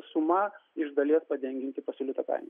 suma iš dalies padengianti pasiūlytą kainą